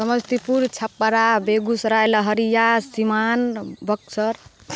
Samastipur Chhapra Begusarai Laheria Siwan Buxar